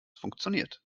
funktioniert